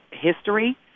history